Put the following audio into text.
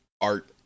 art